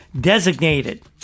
designated